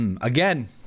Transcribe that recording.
Again